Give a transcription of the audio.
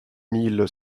mille